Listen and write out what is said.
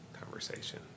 conversation